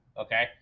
Okay